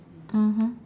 mmhmm